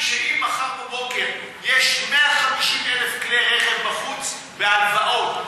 אם מחר בבוקר יש 150,000 כלי רכב בחוץ בהלוואות,